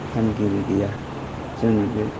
फानगिरि गैया जोंनि बे